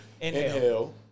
inhale